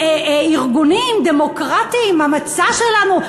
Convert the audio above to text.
ארגונים דמוקרטיים, המצע שלנו.